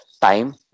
time